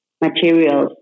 materials